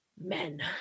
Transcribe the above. men